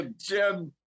Jen